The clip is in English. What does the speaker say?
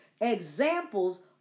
examples